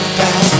back